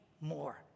more